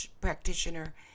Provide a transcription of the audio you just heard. practitioner